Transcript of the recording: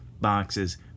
boxes